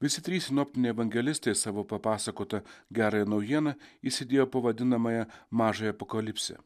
visi trys sinoptiniai evangelistai į savo papasakotą gerąją naujieną įsidėjo po vadinamąją mažąją apokalipsę